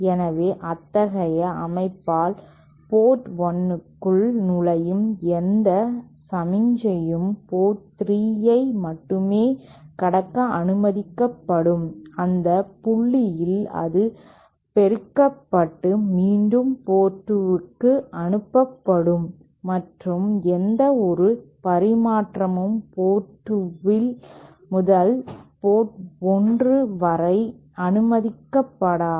எனவே அத்தகைய அமைப்பால் போர்ட் 1 க்குள் நுழையும் எந்த சமிக்ஞையும் போர்ட் 3 ஐ மட்டுமே கடக்க அனுமதிக்கப்படும் அந்த புள்ளியில் அது பெருக்கப்பட்டு மீண்டும் போர்ட் 2 க்கு அனுப்பப்படும் மற்றும் எந்தவொரு பரிமாற்றமும் போர்ட் 2 முதல் போர்ட் 1 வரை அனுமதிக்கப்டாது